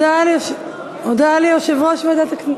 הודעה ליושב-ראש ועדת הכנסת.